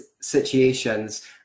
situations